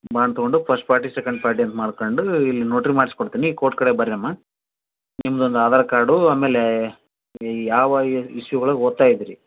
bond ತೊಗೊಂಡು first party second party ಅಂತ ಮಾಡ್ಕೊಂಡು ಇಲ್ಲಿ ನೊಟ್ರಿ ಮಾಡ್ಸಿ ಕೊಡ್ತೀನಿ ಕೋರ್ಟ್ ಕಡೆ ಬನ್ರಿ ಅಮ್ಮ ನಿಮ್ದೊಂದು ಆಧಾರ್ ಕಾರ್ಡು ಆಮೇಲೆ ಯಾವ ಇಸವಿ ಒಳ್ಗೆ ಓದ್ತಾಯಿದ್ದಿರಿ